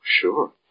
Sure